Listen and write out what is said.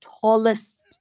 tallest